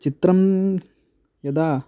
चित्रं यदा